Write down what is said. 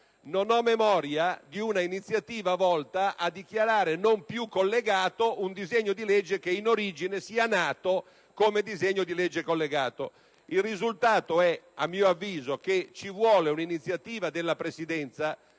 non ho memoria di un'iniziativa volta a dichiarare non più collegato un disegno di legge che, in origine, era nato come disegno di legge collegato. Il risultato, a mio avviso, è che ci vuole un'iniziativa della Presidenza